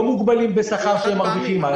השכירים לא מוגבלים בשכר שהם מרוויחים,